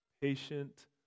patient